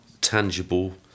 tangible